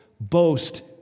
boast